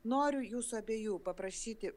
noriu jūsų abiejų paprašyti